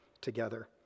together